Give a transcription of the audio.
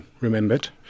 remembered